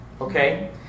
Okay